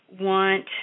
want